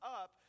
up